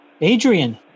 Adrian